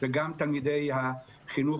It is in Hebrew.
וגם תלמידי החינוך